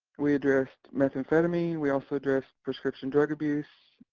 we addressed methamphetamine. we also addressed prescription drug abuse,